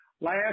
Last